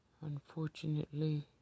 Unfortunately